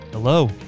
Hello